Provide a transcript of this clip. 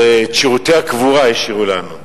את שירותי הקבורה השאירו לנו.